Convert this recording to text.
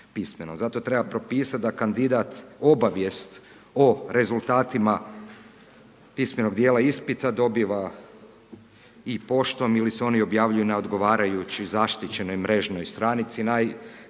Zato treba propisati da kandidat obavijest o rezultatima pismenog dijela ispita dobiva i poštom ili se oni objavljuju na odgovarajućoj zaštićenoj mrežnoj stranici